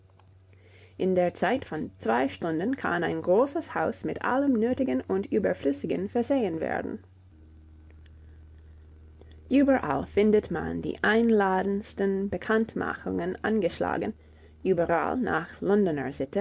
in der zeit von zwei stunden kann ein großes haus mit allem nötigen und überflüssigen versehen werden überall findet man die einladensten bekanntmachungen angeschlagen überall nach